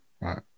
Right